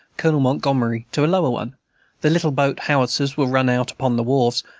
colonel montgomery to a lower one the little boat-howitzers were run out upon the wharves,